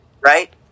Right